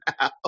now